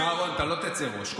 שמע, רון, אתה לא תצא ראש.